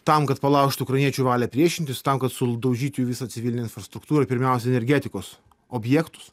tam kad palaužt ukrainiečių valią priešintis tam kad suldaužyt jų visą civilinę infrastruktūrą pirmiausia energetikos objektus